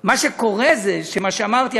מה שקורה זה שכמו שאמרתי,